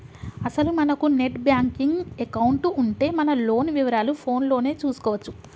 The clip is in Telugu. అసలు మనకు నెట్ బ్యాంకింగ్ ఎకౌంటు ఉంటే మన లోన్ వివరాలు ఫోన్ లోనే చూసుకోవచ్చు